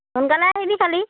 সোনকালে আহিবি খালী